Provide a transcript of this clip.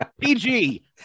PG